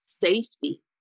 safety